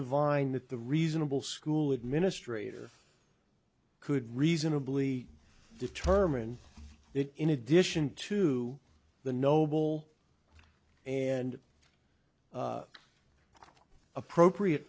divined that the reasonable school administrator could reasonably determine that in addition to the noble and appropriate